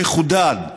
מחודד,